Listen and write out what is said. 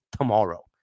tomorrow